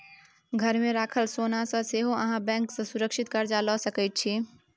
घरमे राखल सोनासँ सेहो अहाँ बैंक सँ सुरक्षित कर्जा लए सकैत छी